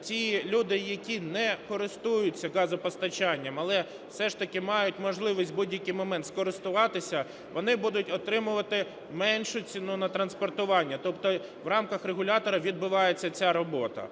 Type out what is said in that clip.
ті люди, які не користуються газопостачання, але все ж таки мають можливість в будь-який момент скористуватися, вони будуть отримувати меншу ціну на транспортування, тобто в рамках регулятора відбувається ця робота.